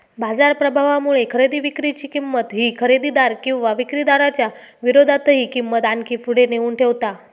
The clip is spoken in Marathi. बाजार प्रभावामुळे खरेदी विक्री ची किंमत ही खरेदीदार किंवा विक्रीदाराच्या विरोधातही किंमत आणखी पुढे नेऊन ठेवता